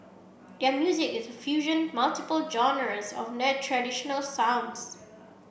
their music is a fusion multiple genres of traditional sounds